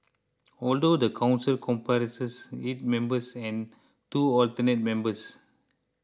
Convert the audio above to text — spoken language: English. although the council comprises eight members and two alternate members